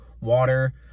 water